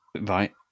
Right